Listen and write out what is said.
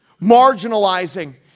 marginalizing